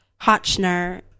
Hotchner